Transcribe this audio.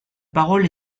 parole